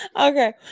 Okay